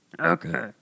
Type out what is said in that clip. Okay